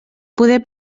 poder